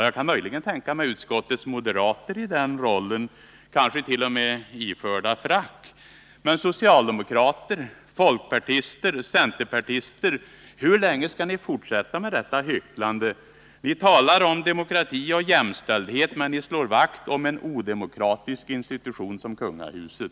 Jag kan möjligen tänka mig utskottets moderater i den rollen, kanske t.o.m. iförda frack, men hur länge skall socialdemokrater, folkpartister och centerpartister fortsätta med detta hycklande? Ni talar om demokrati och jämställdhet, men ni slår vakt om en odemokratisk institution som kungahuset.